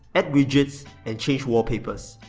add widgets and change wallpapers.